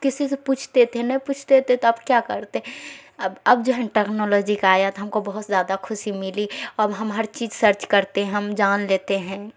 کسی سے پوچھتے تھے نہیں پوچھتے تھے تو اب کیا کرتے اب اب جو ہے نا ٹیکنالوجی کا آیا تو ہم کو بہت زیادہ خوشی ملی اب ہم ہر چیز سرچ کرتے ہیں ہم جان لیتے ہیں